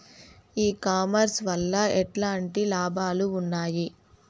ఈ కామర్స్ వల్ల ఎట్లాంటి లాభాలు ఉన్నాయి?